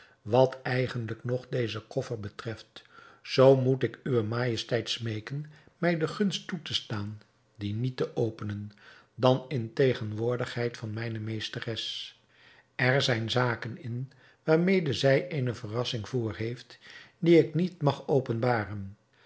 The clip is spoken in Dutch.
wat eindelijk nog deze koffer betreft zoo moet ik uwe majesteit smeeken mij de gunst toe te staan die niet te openen dan in tegenwoordigheid van mijne meesteres er zijn zaken in waarmede zij eene verrassing voorheeft die ik niet mag openbaren